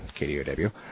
KDOW